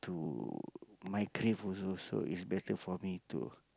to my grave also so is better for me to